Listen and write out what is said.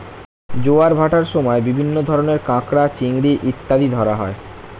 জোয়ার ভাটার সময় বিভিন্ন ধরনের কাঁকড়া, চিংড়ি ইত্যাদি ধরা হয়